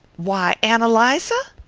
why, ann eliza!